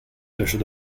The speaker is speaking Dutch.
tussen